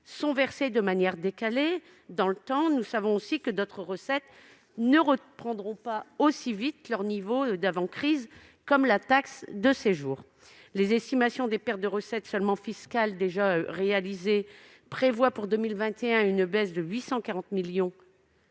sont versées de manière décalée dans le temps, et que d'autres recettes ne reprendront pas aussi vite leur niveau d'avant-crise, par exemple la taxe de séjour. Les estimations de pertes de recettes seulement fiscales déjà constatées prévoient, pour l'année 2021, une baisse de 840 millions